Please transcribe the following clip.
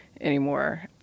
anymore